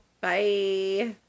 Bye